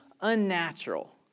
unnatural